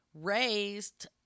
raised